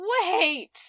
wait